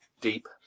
deep